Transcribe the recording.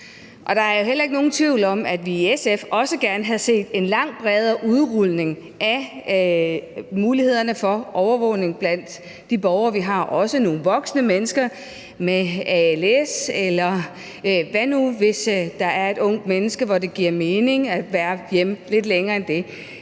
heller ikke nogen tvivl om, at vi i SF også gerne havde set en langt bredere udrulning af mulighederne for overvågning blandt de borgere, vi har – det gælder også i forhold til nogle voksne mennesker med als, eller eksempelvis et ungt menneske, hvor det giver mening at være hjemme lidt længere. Den